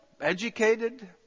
educated